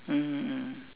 mmhmm mm